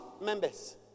members